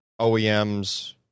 OEMs